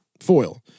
Foil